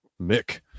mick